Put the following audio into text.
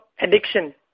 addiction